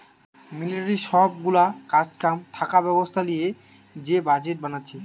মিলিটারির সব গুলা কাজ কাম থাকা ব্যবস্থা লিয়ে যে বাজেট বানাচ্ছে